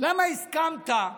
למה הסכמתי